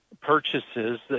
purchases